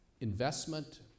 investment